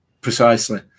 precisely